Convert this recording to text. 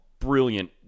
Brilliant